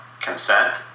Consent